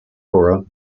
borough